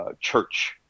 church